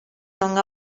non